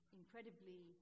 incredibly